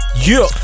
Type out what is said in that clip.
Yo